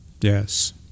Yes